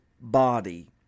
body